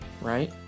right